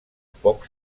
poc